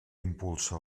impulsa